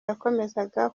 yakomezaga